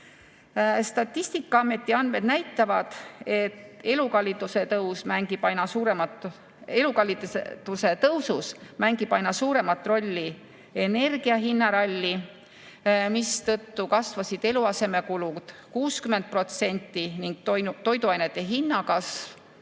Statistikaameti andmed näitavad, et elukalliduse tõusus mängib aina suuremat rolli energiahinnaralli, mistõttu kasvasid eluasemekulud 60%, ning toiduainete hinna kasv